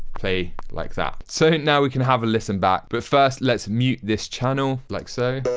play like that. so, now we can have a listen back, but first let's mute this channel like so.